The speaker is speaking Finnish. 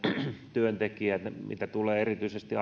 työntekijöitä mitä tulee erityisesti